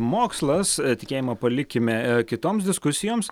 mokslas tikėjimą palikime kitoms diskusijoms